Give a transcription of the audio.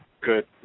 good